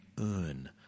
earn